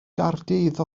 gaerdydd